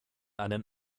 einen